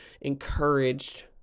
encouraged